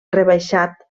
rebaixat